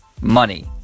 money